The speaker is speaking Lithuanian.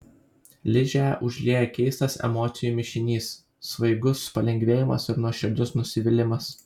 ližę užlieja keistas emocijų mišinys svaigus palengvėjimas ir nuoširdus nusivylimas